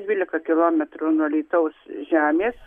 dvylika kilometrų nuo alytaus žemės